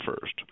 first